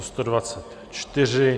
124.